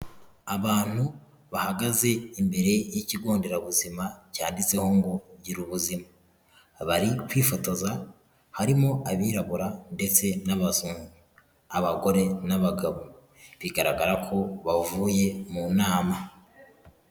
Abantu bahagaze imbere y'ikigo nderabuzima cyanditseho ngo gira ubuzima. Bari kwifotoza harimo Abirabura ndetse n'Abazungu, abagore n'abagabo. Bigaragarako bavuye mu nama.